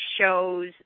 shows